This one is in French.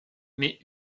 mais